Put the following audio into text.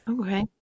Okay